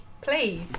please